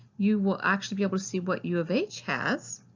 you will actually be able to see what u of h has,